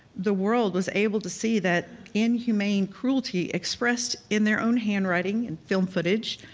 the world was able to see that inhumane cruelty expressed in their own handwriting, and film footage,